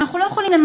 אבל אנחנו לא יכולים